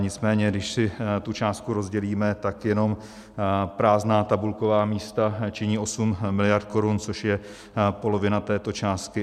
Nicméně když si tu částku rozdělíme, tak jenom prázdná tabulková místa činí 8 mld. korun, což je polovina této částky.